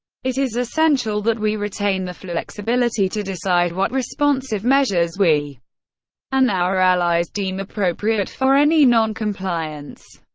it is essential that we retain the flexibility to decide what responsive measures we and our allies deem appropriate for any non-compliance.